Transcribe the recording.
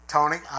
Tony